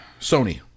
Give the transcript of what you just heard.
Sony